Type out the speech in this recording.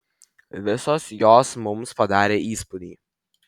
visos jos mums padarė įspūdį